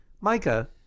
Micah